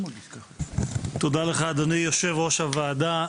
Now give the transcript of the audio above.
תודה לך, אדוני יושב-ראש הוועדה.